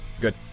Good